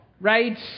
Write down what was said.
Right